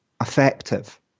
effective